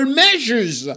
measures